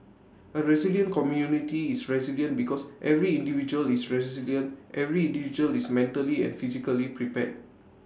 A resilient community is resilient because every individual is resilient every individual is mentally and physically prepared